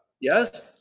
Yes